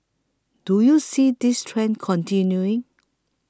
do you see this trend continuing